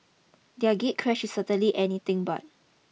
their gatecrash is certainly anything but